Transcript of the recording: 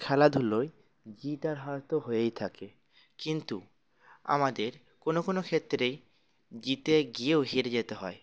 খেলাধুলোয় জিত আর হার হয়তো হয়েই থাকে কিন্তু আমাদের কোনো কোনো ক্ষেত্রেই জিতে গিয়েও হেরে যেতে হয়